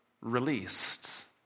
Released